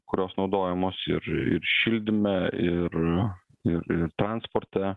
kurios naudojamos ir ir šildyme ir ir ir transporte